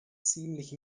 ziemlich